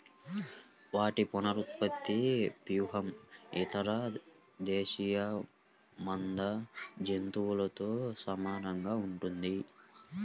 వాటి పునరుత్పత్తి వ్యూహం ఇతర దేశీయ మంద జంతువులతో సమానంగా ఉంటుంది